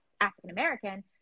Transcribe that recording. African-American